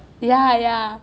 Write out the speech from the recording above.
ya ya